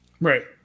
Right